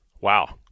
Wow